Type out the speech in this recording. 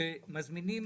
כשמזמינים